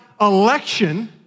election